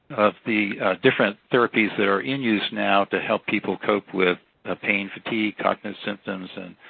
of the different therapies that are in use now to help people cope with ah pain, fatigue, cognizant symptoms